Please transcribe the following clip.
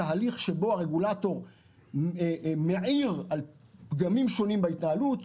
תהליך שבו הרגולטור מעיר על פגמים שונים בהתנהלות,